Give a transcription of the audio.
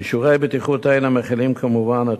אישורי הבטיחות האלה מכילים כמובן את